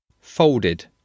folded